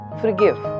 forgive